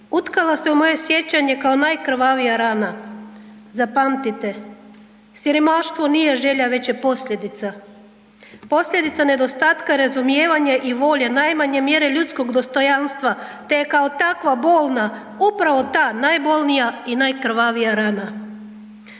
Utkala se u moje sjećanje kao najkrvavija rana. Zapamtite, siromaštvo nije želja već je posljedica. Posljedica nedostatka razumijevanja i volje najmanje mjere ljudskog dostojanstva te je kao takva, bolna, upravo ta najbolnija i najkrvavija rana.